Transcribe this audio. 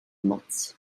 moc